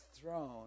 throne